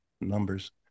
numbers